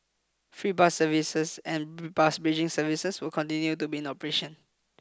free bus services and bus bridging services will continue to be in operation